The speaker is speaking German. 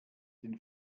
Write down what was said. den